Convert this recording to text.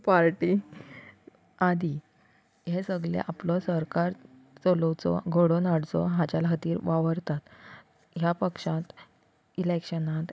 party आदी हें सगलें आपलो सरकार चलोवचो घडोवन हाडचो हाच्या खातीर वावरता ह्या पक्षांत इलेक्शनांत